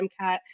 MCAT